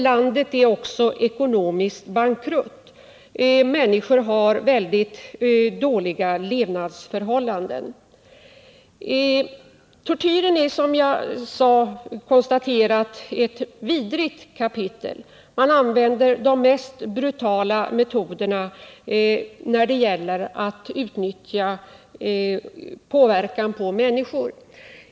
Landet är också ekonomiskt bankrutt. Människor har mycket dåliga levnadsförhållanden. Tortyren är, som jag konstaterade, ett vidrigt kapitel. Man använder de mest brutala metoder när det gäller att utöva påverkan på människor.